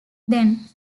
then